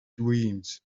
dreams